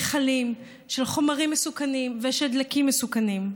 מכלים של חומרים מסוכנים ושל דלקים מסוכנים.